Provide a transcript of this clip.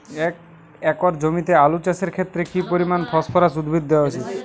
এক একর জমিতে আলু চাষের ক্ষেত্রে কি পরিমাণ ফসফরাস উদ্ভিদ দেওয়া উচিৎ?